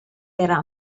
era